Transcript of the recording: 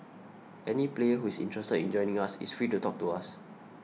any player who is interested in joining us is free to talk to us